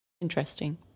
Interesting